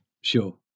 Sure